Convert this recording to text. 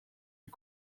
lui